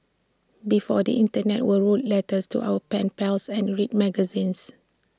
before the Internet we wrote letters to our pen pals and read magazines